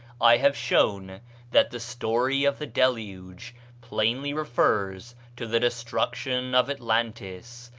i have shown that the story of the deluge plainly refers to the destruction of atlantis,